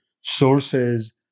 sources